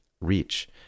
reach